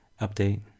update